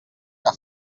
que